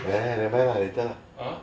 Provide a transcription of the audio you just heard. eh nevermind lah later